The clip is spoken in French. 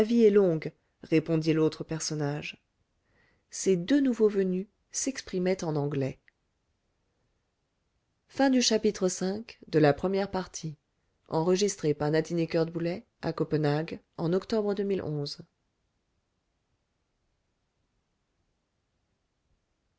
est longue répondit l'autre personnage ces deux nouveaux venus s'exprimaient en anglais